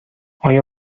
آیا